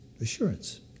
assurance